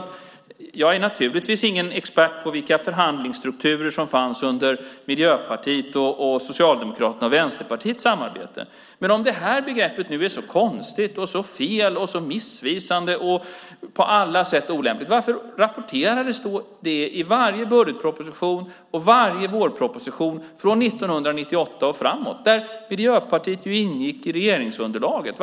Jag är naturligtvis ingen expert på vilka förhandlingsstrukturer som fanns under Miljöpartiets, Socialdemokraternas och Vänsterpartiets samarbete. Men om det här begreppet nu är så konstigt, så fel, så missvisande och på alla sätt olämpligt, varför rapporterades det då i varje budgetproposition och varje vårproposition från 1998 och framåt? Miljöpartiet ingick ju i regeringsunderlaget.